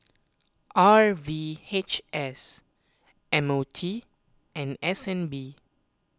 R V H S M O T and S N B